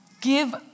Give